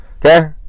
Okay